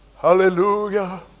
Hallelujah